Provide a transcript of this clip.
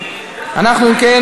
אינו נוכח,